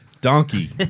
Donkey